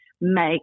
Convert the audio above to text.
make